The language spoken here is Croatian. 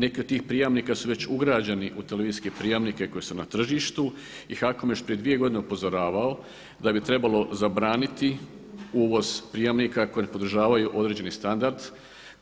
Neki od tih prijamnika su već ugrađeni u televizijske prijamnike koji su na tržištu i HAKOM je još prije 2 godine upozoravao da bi trebalo zabraniti uvoz prijamnika koji ne podržavaju određeni standard